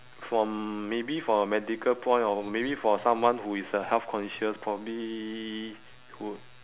from maybe from a medical point or maybe for someone who is uh health conscious probably who